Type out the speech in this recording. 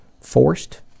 forced